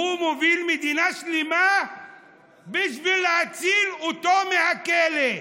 הוא מוביל מדינה שלמה בשביל להציל אותו מהכלא,